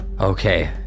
Okay